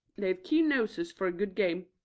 they have keen noses for a good game.